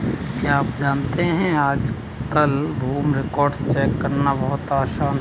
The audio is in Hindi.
क्या आप जानते है आज कल भूमि रिकार्ड्स चेक करना बहुत आसान है?